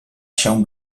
się